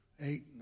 Eight